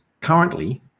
currently